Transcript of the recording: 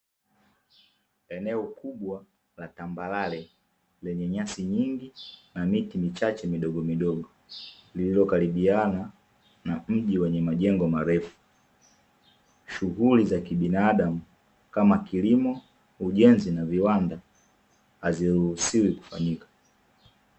Eneo kubwa la tambarare lenye nyasi nyingi, na miti michache midogo midogo, lililokaribiana na mji wenye majengo marefu. Shughuli za kibinadamu kama kilimo, ujenzi, na viwanda, haziruhusiwi kufanyika.